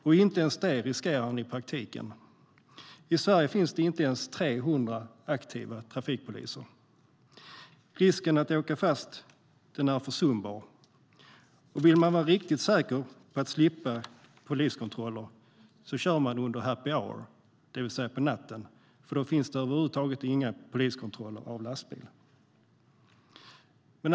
Och inte ens det riskerar han i praktiken. I Sverige finns det inte ens 300 aktiva trafikpoliser. Risken att åka fast är försumbar, och om man vill vara riktigt säker på att slippa poliskontroll kör man under happy hour, det vill säga på natten. Då finns det nämligen inga poliskontroller av lastbil över huvud taget.